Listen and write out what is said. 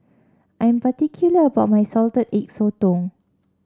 I am particular about my Salted Egg Sotong